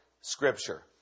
Scripture